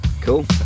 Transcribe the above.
cool